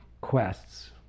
quests